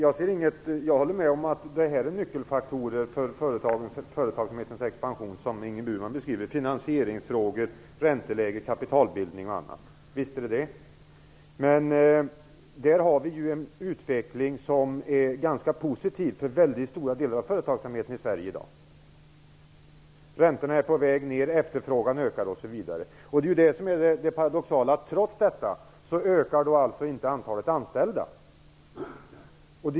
Herr talman! Jag håller med om att det är nyckelfaktorer för företagsamhetens expansion, som Ingrid Burman beskriver. Det gäller finansieringsfrågor, ränteläge, kapitalbildning och annat. Men där har vi en utveckling som är ganska positiv för stora delar av företagsamheten i Sverige i dag. Räntorna är på väg ner och efterfrågan ökar osv. Det paradoxala är att trots detta ökar inte antalet anställda.